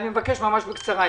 אני מבקש בקצרה.